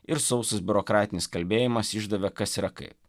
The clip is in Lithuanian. ir sausas biurokratinis kalbėjimas išdavė kas yra kaip